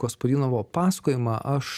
gospodinovo pasakojimą aš